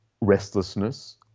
restlessness